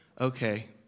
okay